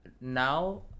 now